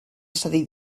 cedir